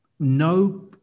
No